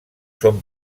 són